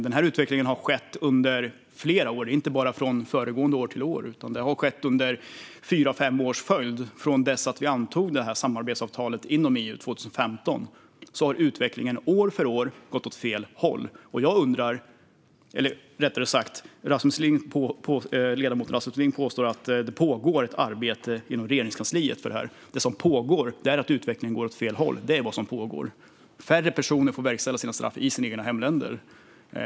Denna utveckling har vi sett under flera år, inte bara från föregående år till i år. Den har pågått under fyra fem år i följd, från det att vi antog samarbetsavtalet inom EU 2015. Utvecklingen har år efter år gått åt fel håll. Ledamoten Rasmus Ling påstår att det pågår ett arbete med detta inom Regeringskansliet. Det som pågår är att utvecklingen går åt fel håll. Färre personer får sina straff verkställda i sina egna hemländer.